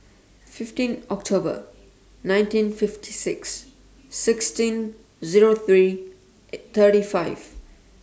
fifteen October nineteen fifty six sixteen Zero three thirty five